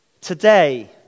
Today